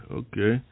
okay